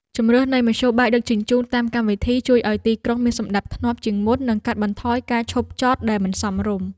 ជម្រើសនៃមធ្យោបាយដឹកជញ្ជូនតាមកម្មវិធីជួយឱ្យទីក្រុងមានសណ្តាប់ធ្នាប់ជាងមុននិងកាត់បន្ថយការឈប់ចតដែលមិនសមរម្យ។